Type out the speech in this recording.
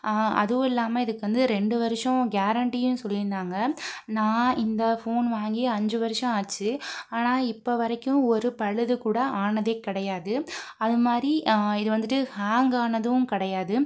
அதுவும் இல்லாமல் இதுக்கு வந்து ரெண்டு வருஷம் கேரண்ட்டியும் சொல்லிருந்தாங்கள் நான் இந்த ஃபோன் வாங்கி அஞ்சு வருஷம் ஆச்சு ஆனால் இப்போ வரைக்கும் ஒரு பழுது கூட ஆனதே கிடையாது அதுமாதிரி இது வந்துட்டு ஹாங் ஆனதும் கிடையாது